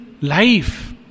life